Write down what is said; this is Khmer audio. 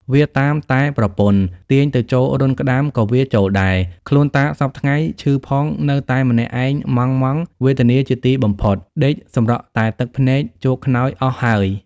វាតាមតែប្រពន្ធទាញទៅចូលរន្ធក្តាមក៏វាចូលដែរ ខ្លួនតាសព្វថ្ងៃឈឺផងនៅតែម្នាក់ឯងម៉ង់ៗ វេទនាជាទីបំផុតដេកសម្រក់តែទឹកភ្នែកជោកខ្នើយអស់ហើយ។